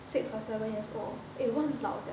six or seven years old eh 我很老 sia